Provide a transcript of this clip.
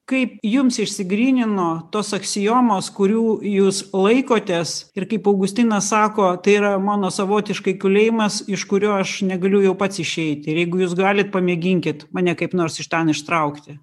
kaip jums išsigrynino tos aksiomos kurių jūs laikotės ir kaip augustinas sako tai yra mano savotiškai kalėjimas iš kurio aš negaliu jau pats išeiti ir jeigu jūs galit pamėginkit mane kaip nors iš ten ištraukti